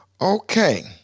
okay